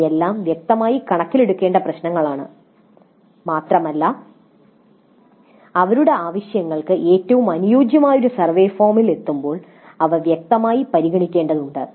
ഇവയെല്ലാം വ്യക്തമായി കണക്കിലെടുക്കേണ്ട പ്രശ്നങ്ങളാണ് മാത്രമല്ല അവരുടെ ആവശ്യങ്ങൾക്ക് ഏറ്റവും അനുയോജ്യമായ ഒരു സർവേ ഫോമിൽ എത്തുമ്പോൾ അവ വ്യക്തമായി പരിഗണിക്കേണ്ടതുണ്ട്